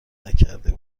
نکرده